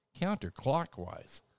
Counterclockwise